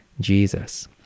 Jesus